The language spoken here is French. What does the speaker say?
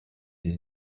des